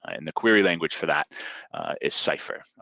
and the query language for that is cypher.